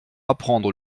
apprendre